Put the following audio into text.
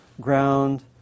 ground